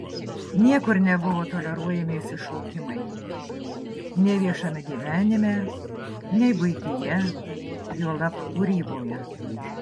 niekur nebuvo toleruojami išsišokimai nei viešame gyvenime nei buityje juolab kūryboje